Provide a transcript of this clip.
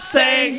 say